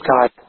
God